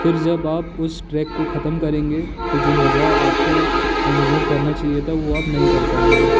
फिर जब आप उस ट्रैक को ख़तम करेंगे तो जो मज़ा आपको अनुभव करना चाहिए था वो आप नहीं कर पाएँगे